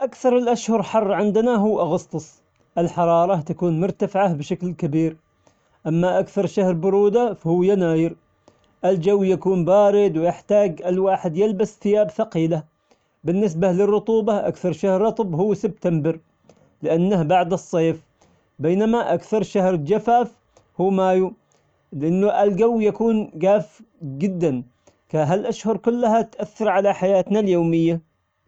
أكثر الأشهر حر عندنا هو اغسطس، الحرارة تكون مرتفعة بشكل كبير، أما أكثر شهر برودة فهو يناير، الجو يكون بارد ويحتاج الواحد يلبس ثياب ثقيلة، بالنسبة للرطوبة أكثر شهر رطب هو سبتمبر لأنه بعد الصيف، بينما أكثر شهر جفاف هو مايو لأن الجو يكون جاف جدا، كهالأشهر كلها تؤثر على حياتنا اليومية.